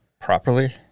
Properly